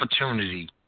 opportunity